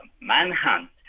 manhunt